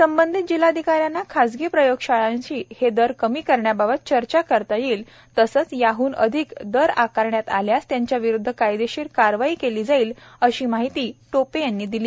संबंधित जिल्हाधिकाऱ्यांना खासगी प्रयोगशाळांशी हे दर कमी करण्याबाबत चर्चा करता येईल तसंच याहन अधिक दर आकारण्यात आल्यास त्यांच्याविरुद्ध कायदेशीर कारवाई केली जाईल अशी माहितीही आरोग्य मंत्री टोपे यांनी दिली